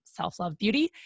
selflovebeauty